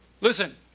Listen